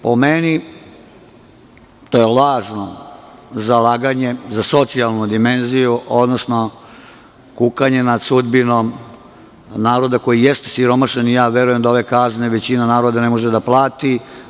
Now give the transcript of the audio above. Po meni je to lažno zalaganje za socijalnu dimenziju, odnosno kukanje nad sudbinom naroda koji jeste siromašan, a verujem da ove kazne većina naroda ne može da plati.